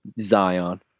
Zion